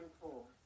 cool